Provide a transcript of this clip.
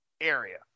area